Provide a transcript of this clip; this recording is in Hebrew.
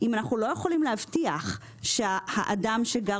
אם אנחנו לא יכולים להבטיח שהאדם שגר